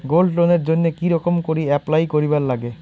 Gold লোনের জইন্যে কি রকম করি অ্যাপ্লাই করিবার লাগে?